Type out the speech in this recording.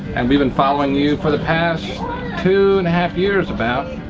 and we've been following you for the past two and a half years about.